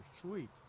sweet